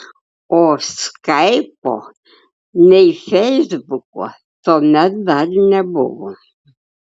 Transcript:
o skaipo nei feisbuko tuomet dar nebuvo